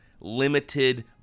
limited